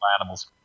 animals